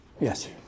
Yes